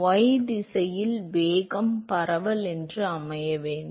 y திசையில் வேகம் பரவல் என்று அமைக்க வேண்டும்